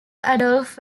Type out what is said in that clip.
adolf